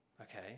Okay